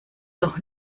noch